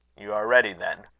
you are ready, then?